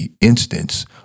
instance